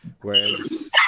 Whereas